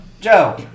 Joe